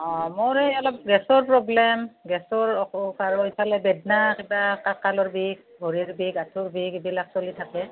অঁ মোৰ এই অলপ গ্ৰেছৰ প্ৰব্লেম গেছৰ অসুখ আৰু এইফালে বেদনা কিবা কঁকালৰ বিষ ভৰিৰ বিষ আঁঠুৰ বিষ এইবিলাক চলি থাকে